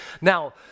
Now